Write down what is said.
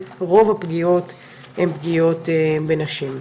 רוב הפגיעות הם פגיעות בנשים.